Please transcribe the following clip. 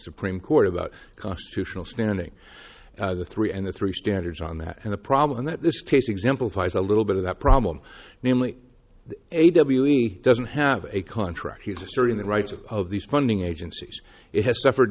supreme court about constitutional standing the three and the three standards on that and the problem that this case exemplifies a little bit of the problem namely a w e doesn't have a contract he's asserting the rights of of these funding agencies it has suffered